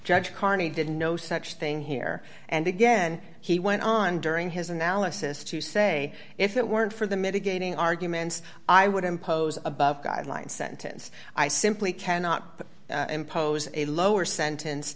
judge carney did no such thing here and again he went on during his analysis to say if it weren't for the mitigating arguments i would impose above guidelines sentence i simply cannot impose a lower sentence